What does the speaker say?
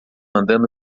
andando